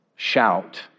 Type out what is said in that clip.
Shout